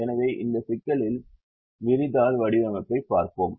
எனவே இந்த சிக்கலின் விரிதாள் வடிவமைப்பைப் பார்ப்போம்